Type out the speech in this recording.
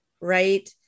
right